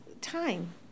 time